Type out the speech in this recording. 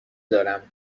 دارم